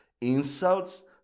insults